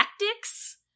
tactics